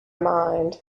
mind